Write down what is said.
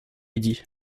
midi